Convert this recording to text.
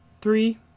Three